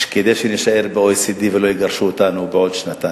כדי שנישאר ב-OECD ולא יגרשו אותנו בעוד שנתיים.